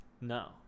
No